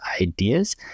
ideas